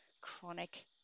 chronic